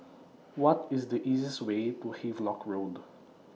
What IS The easiest Way to Havelock Road